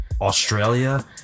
Australia